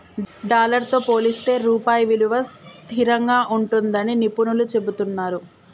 dollar తో పోలిస్తే రూపాయి విలువ స్థిరంగా ఉంటుందని నిపుణులు చెబుతున్నరు